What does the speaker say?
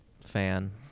fan